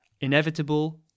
Inevitable